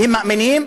והם מאמינים,